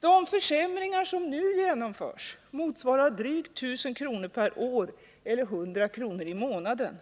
De försämringar som nu genomförs motsvarar drygt 1 000 kr. per år eller 100 kr. i månaden.